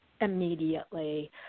immediately